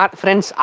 friends